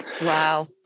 Wow